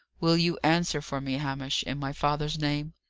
will you answer for me, hamish, in my father's name?